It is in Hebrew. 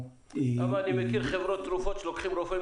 אני מכיר חברות תרופות שלוקחות רופאי